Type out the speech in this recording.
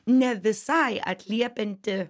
ne visai atliepianti